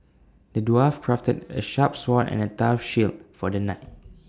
the dwarf crafted A sharp sword and A tough shield for the knight